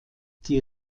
die